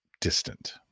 distant